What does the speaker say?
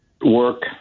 work